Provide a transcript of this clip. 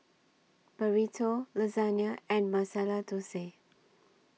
Burrito Lasagne and Masala Dosa